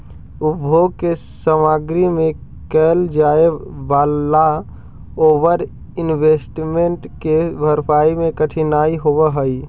उपभोग के सामग्री में कैल जाए वालला ओवर इन्वेस्टमेंट के भरपाई में कठिनाई होवऽ हई